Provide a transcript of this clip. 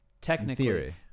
technically